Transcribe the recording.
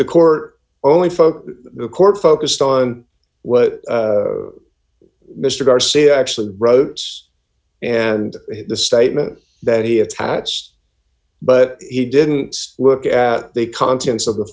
the court only focus the court focused on what d mr garcia actually wrote and the statement that he attached but he didn't look at the contents of the